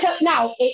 now